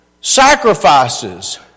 sacrifices